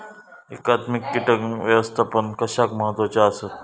एकात्मिक कीटक व्यवस्थापन कशाक महत्वाचे आसत?